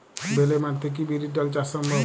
বেলে মাটিতে কি বিরির ডাল চাষ সম্ভব?